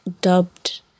dubbed